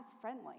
friendly